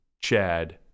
Chad